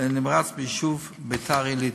ביישוב ביתר-עילית.